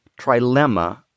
trilemma